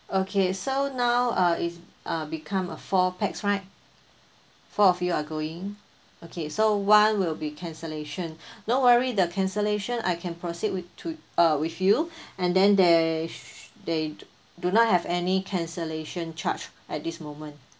okay so now uh is uh become a four pax right four of you are going okay so one will be cancellation no worry the cancellation I can proceed with to~ uh with you and then the sh~ they do not have any cancellation charge at this moment